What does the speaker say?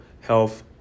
health